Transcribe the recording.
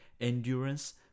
endurance